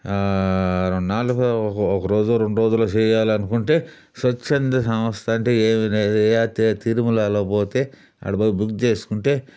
నాలుగో ఒకరోజో రెండురోజులో చెయ్యాలనుకుంటే స్వచ్చంద సంస్థ అంటే ఏమిర తిరుమలాలోపోతే ఆడపోయి బుక్ చేసుకుంటే